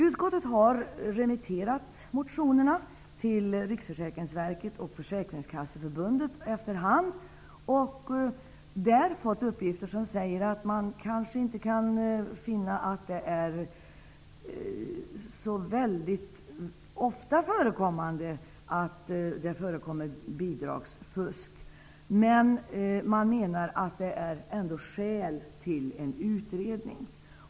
Utskottet har efter hand remitterat motionerna till Försäkringskasseförbundet, och där fått beskedet att man inte finner bidragsfusk så ofta förekommande. Emellertid menar man att det ändå finns skäl till en utredning.